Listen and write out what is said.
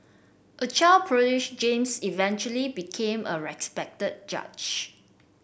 a child prodigy James eventually became a respected judge